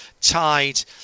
tied